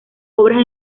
obras